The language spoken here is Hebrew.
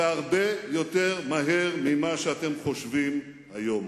והרבה יותר מהר ממה שאתם חושבים היום.